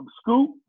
Scoop